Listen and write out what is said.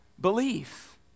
belief